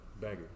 banger